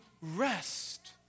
rest